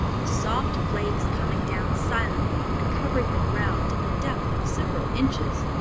the soft flakes coming down silently and covering the ground to the depth of several inches.